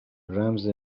رمز